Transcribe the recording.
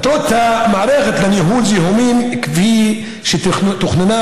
מטרות המערכת לניהול זיהומים כפי שתכננה